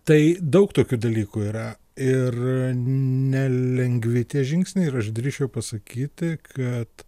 tai daug tokių dalykų yra ir nelengvi tie žingsniai ir aš drįsčiau pasakyti kad